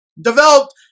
developed